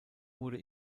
wurde